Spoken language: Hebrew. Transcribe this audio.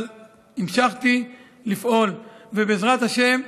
אבל המשכתי לפעול, ובעזרת השם,